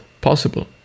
possible